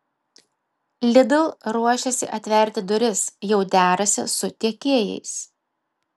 lidl ruošiasi atverti duris jau derasi su tiekėjais